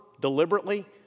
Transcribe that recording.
deliberately